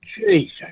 Jesus